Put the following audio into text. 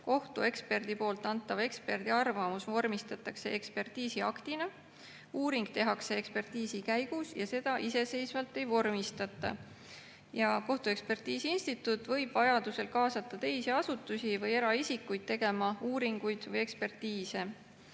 kohtueksperdi antav eksperdiarvamus vormistatakse ekspertiisiaktina, uuring tehakse ekspertiisi käigus ja seda iseseisvalt ei vormistata. Ja kohtuekspertiisi instituut võib vajadusel kaasata teisi asutusi või eraisikuid tegema uuringuid või ekspertiise